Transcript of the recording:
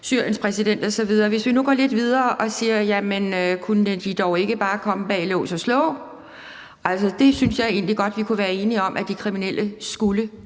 Syriens præsident osv. Hvis vi nu går lidt videre og siger: Jamen kunne de dog ikke bare komme bag lås og slå? Det synes jeg egentlig godt vi kunne være enige om de kriminelle skulle